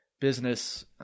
business –